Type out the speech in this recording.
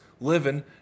living